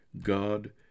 God